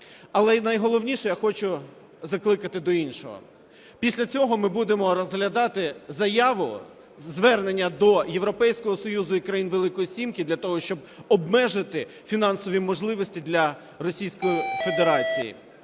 Але найголовніше, я хочу закликати до іншого. Після цього ми будемо розглядати заяву, звернення до Європейського Союзу і країн Великої сімки для того, щоб обмежити фінансові можливості для Російської Федерації.